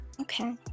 Okay